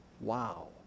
Wow